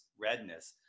redness